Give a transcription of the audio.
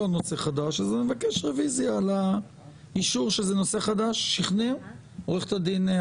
רביזיה ב-12:20, בכפוף לאישור יושב-ראש הכנסת.